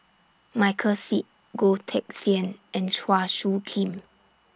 Michael Seet Goh Teck Sian and Chua Soo Khim